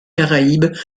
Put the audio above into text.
caraïbes